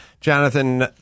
Jonathan